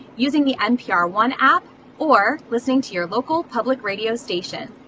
using the npr one app or listening to your local public radio station.